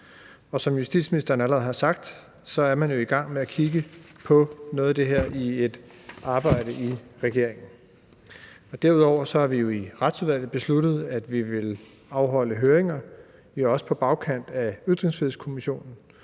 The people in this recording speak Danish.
Som justitsministeren allerede har sagt, er man jo i gang med at kigge på noget af det her i et arbejde i regeringen. Derudover har vi jo i Retsudvalget besluttet, at vi vil afholde høringer. Vi er også på bagkant af Ytringsfrihedskommissionen,